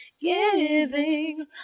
Giving